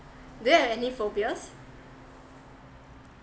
do you have any phobias